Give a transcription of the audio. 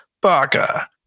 Baka